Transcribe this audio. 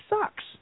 sucks